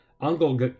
Uncle